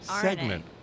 segment